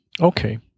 Okay